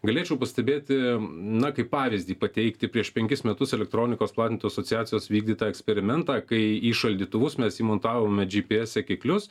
galėčiau pastebėti na kaip pavyzdį pateikti prieš penkis metus elektronikos platintojų asociacijos vykdytą eksperimentą kai į šaldytuvus mes įmontavome džypyes sekiklius